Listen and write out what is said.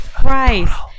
Christ